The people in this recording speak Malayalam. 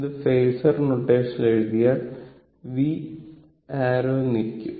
ഇത് ഫാസർ നൊട്ടേഷനിൽ എഴുതിയാൽ v → എന്നിരിക്കും